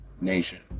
nation